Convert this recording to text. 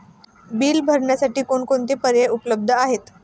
Bill भरण्यासाठी कोणकोणते पर्याय उपलब्ध आहेत?